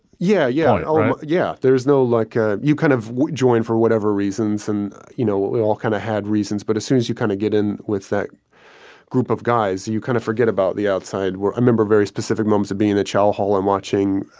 yeah. yeah. oh yeah. there's no like ah you kind of join for whatever reasons and you know we all kind of had reasons but as soon as you kind of get in with that group of guys you kind of forget about the outside. we're a member very specific moment of being a chow hall and watching